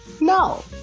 No